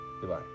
Goodbye